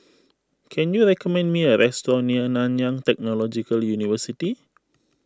can you recommend me a restaurant near Nanyang Technological University